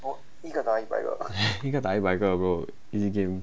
一个打一百个 bro easy game